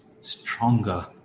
stronger